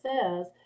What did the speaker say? says